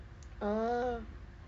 oh